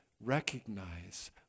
recognize